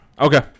Okay